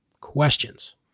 questions